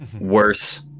worse